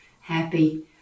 Happy